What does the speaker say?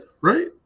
right